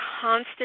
constant